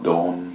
Dawn